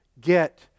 get